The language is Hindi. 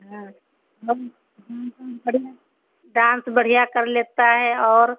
हाँ हम डान्स वांस बढ़िया डान्स बढ़िया कर लेता है और